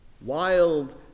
Wild